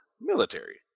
military